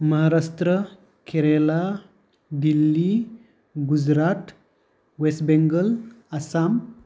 Maharashtra Kerala Delhi Gujarat west Bengal Assam